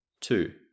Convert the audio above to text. Two